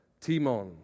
Timon